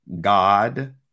God